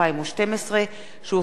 שהחזירה ועדת העבודה,